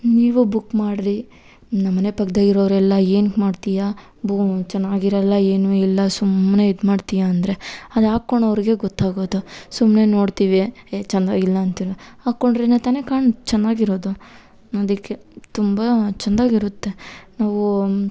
ನೀವೂ ಬುಕ್ ಮಾಡಿರಿ ನಮ್ಮನೆ ಪಕ್ದಾಗೆ ಇರೋರೆಲ್ಲ ಏನಕ್ಕೆ ಮಾಡ್ತೀಯಾ ಬು ಚೆನ್ನಾಗಿರಲ್ಲ ಏನೂ ಇಲ್ಲ ಸುಮ್ಮನೆ ಇದು ಮಾಡ್ತೀಯ ಅಂದರೆ ಅದು ಹಾಕೊಳೋರ್ಗೆ ಗೊತ್ತಾಗೋದು ಸುಮ್ಮನೆ ನೋಡ್ತೀವಿ ಹೇ ಚೆನ್ನಾಗಿಲ್ಲ ಅಂತೀರ ಹಾಕೊಂಡ್ರೆ ತಾನೇ ಕಾಣು ಚೆನ್ನಾಗಿರೊದು ಅದಕ್ಕೆ ತುಂಬ ಚಂದಾಗಿರುತ್ತೆ ನಾವು